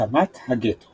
הקמת הגטו